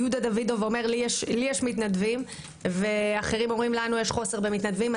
יהודה דוידוב אומר שיש לו מתנדבים ואחרים אומרים שיש להם חוסר במתנדבים.